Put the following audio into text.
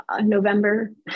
November